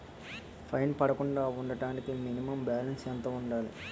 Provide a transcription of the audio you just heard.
Fine పడకుండా ఉండటానికి minimum balance ఎంత ఉండాలి?